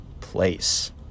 place